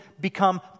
become